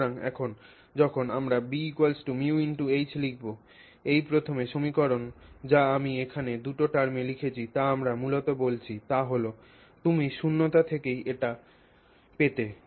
সুতরাং এখন যখন আমরা BμH লিখব এই প্রথম সমীকরণ যা আমি এখানে দুটি টার্মে লিখেছি যা আমরা মূলত বলছি তা হল তুমি শূন্যতা থেকেই এটি পেতে